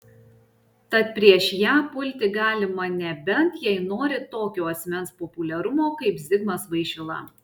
tad prieš ją pulti galima nebent jei nori tokio asmens populiarumo kaip zigmas vaišvila